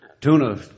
Tuna